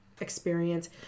experience